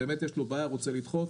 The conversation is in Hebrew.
מי שיש לו באמת בעיה ורוצה לדחות,